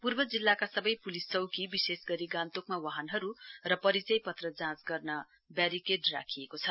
पूर्व जिल्लाका सबै प्लिस चौकी विशेष गरी गान्तोकमा वाहनहरू र परिचय पत्र जाँच गर्न बेरिकेड राखिएको छ